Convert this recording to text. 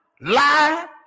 lie